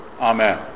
Amen